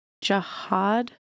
jihad